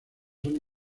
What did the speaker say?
son